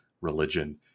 religion